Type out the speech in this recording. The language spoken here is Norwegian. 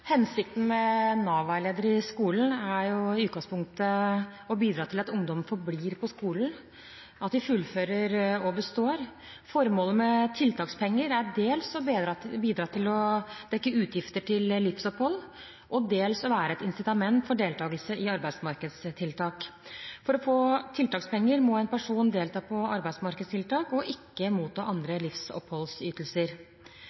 Hensikten med Nav-veiledere i skolen er i utgangspunktet å bidra til at ungdom forblir på skolen, at de fullfører og består. Formålet med tiltakspenger er dels å bidra til å dekke utgifter til livsopphold og dels å være et incitament for deltakelse i arbeidsmarkedstiltak. For å få tiltakspenger må en person delta på arbeidsmarkedstiltak og ikke motta